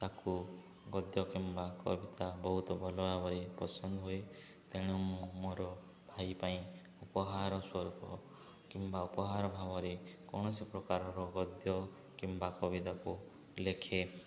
ତାକୁ ଗଦ୍ୟ କିମ୍ବା କବିତା ବହୁତ ଭଲ ଭାବରେ ପସନ୍ଦ ହୁଏ ତେଣୁ ମୁଁ ମୋର ଭାଇ ପାଇଁ ଉପହାର ସ୍ୱରୂପ କିମ୍ବା ଉପହାର ଭାବରେ କୌଣସି ପ୍ରକାରର ଗଦ୍ୟ କିମ୍ବା କବିତାକୁ ଲେଖେ